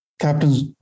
captain's